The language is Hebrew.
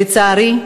לצערי,